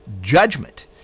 judgment